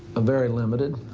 ah very limited,